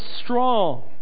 strong